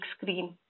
screen